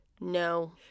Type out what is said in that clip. No